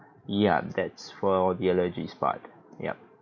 ya that's for the allergic part ya